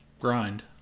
grind